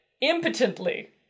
impotently